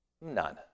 None